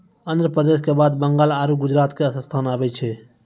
आन्ध्र प्रदेश के बाद बंगाल आरु गुजरात के स्थान आबै छै